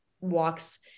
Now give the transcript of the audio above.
walks